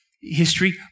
history